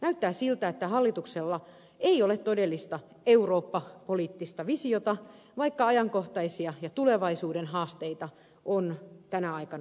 näyttää siltä että hallituksella ei ole todellista eurooppa poliittista visiota vaikka ajankohtaisia ja tulevaisuuden haasteita on tänä aikana monia